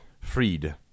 Freed